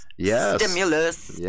stimulus